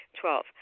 Twelve